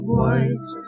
white